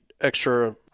extra